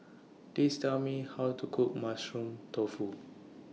Please Tell Me How to Cook Mushroom Tofu